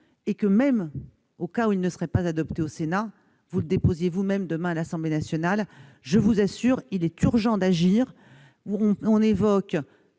et que, au cas où il ne serait pas adopté au Sénat, vous le déposerez, vous-même, à l'Assemblée nationale. Je vous assure, il est urgent d'agir ; on évoque